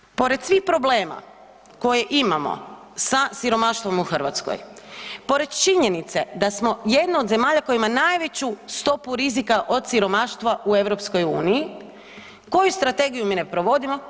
Još dodatno, porez svih problema koje imamo sa siromaštvom u Hrvatskoj, pored činjenice da smo jedna od zemalja koja ima najveću stopu rizika od siromaštva u EU, koju strategiju mi ne provodimo?